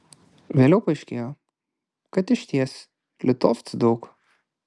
vėliau paaiškėjo kad išties litovcų daug